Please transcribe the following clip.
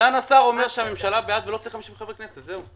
סגן השר אומר שהממשלה בעד ולא צריך 50 חברי כנסת - זהו.